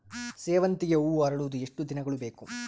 ಸೇವಂತಿಗೆ ಹೂವು ಅರಳುವುದು ಎಷ್ಟು ದಿನಗಳು ಬೇಕು?